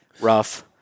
rough